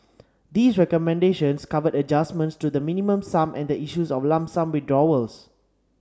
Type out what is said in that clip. these recommendations cover adjustments to the Minimum Sum and the issue of lump sum withdrawals